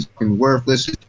worthless